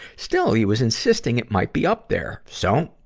still, he was insisting it might be up there. so,